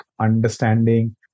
understanding